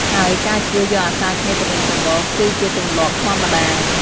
ហើយការជួយយកអាសាគ្នាទៅវិញទៅមកគឺជាទម្លាប់ធម្មតា។